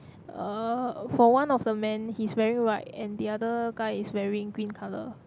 uh for one of the men he is wearing white and the other guy is wearing green colour